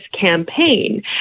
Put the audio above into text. campaign